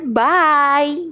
bye